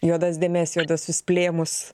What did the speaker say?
juodas dėmes juoduosius plėmus